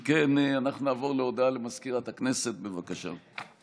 אם כן, אנחנו נעבור להודעה למזכירת הכנסת, בבקשה.